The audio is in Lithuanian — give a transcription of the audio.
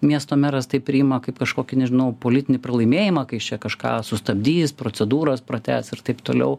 miesto meras tai priima kaip kažkokį nežinau politinį pralaimėjimą kai jis čia kažką sustabdys procedūras pratęs ir taip toliau